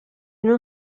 non